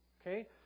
Okay